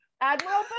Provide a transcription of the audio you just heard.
admiral